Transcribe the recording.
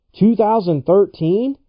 2013